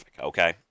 okay